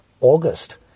August